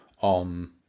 on